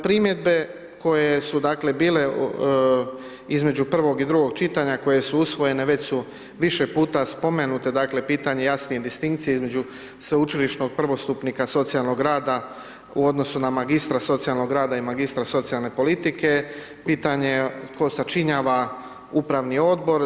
Primjedbe koje su, dakle, bile između prvog i drugog čitanja, koje su usvojene, već su više puta spomenute, dakle, pitanje jasne indistinkcije između sveučilišnog prvostupnika socijalnog rada u odnosu na magistra socijalnog rada i magistra socijalne politike, pitanje je tko sačinjava upravni Odbor.